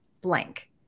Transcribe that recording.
blank